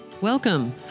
Welcome